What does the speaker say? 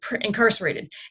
incarcerated